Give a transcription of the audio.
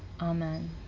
Amen